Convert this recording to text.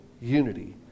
unity